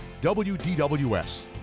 WDWS